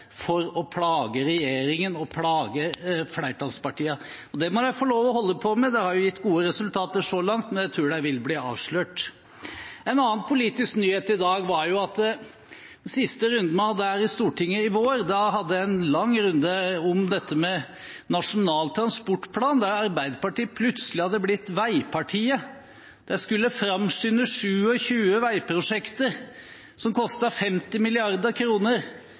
for å plage regjeringen og plage flertallspartiene. Det må de få lov til å holde på med, det har jo gitt gode resultater så langt, men jeg tror de vil bli avslørt. En annen politisk nyhet i dag knytter seg til den siste runden vi hadde i Stortinget i vår, da vi hadde en lang runde om Nasjonal transportplan, der Arbeiderpartiet plutselig hadde blitt veipartiet. De skulle framskynde 27 veiprosjekter som kostet 50